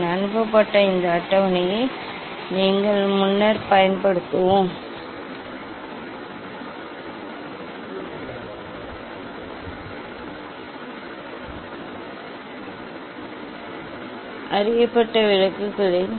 அனுப்பப்பட்ட இந்த அட்டவணையை நீங்கள் முன்னர் பயன்படுத்துவோம் குறைந்தபட்ச விலகல் நிலை அல்ல குறைந்தபட்ச விலகல் நிலை அல்ல